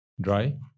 dry